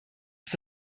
ist